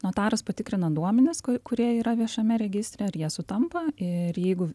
notaras patikrina duomenis ku kurie yra viešame registre ar jie sutampa ir jeigu